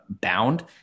bound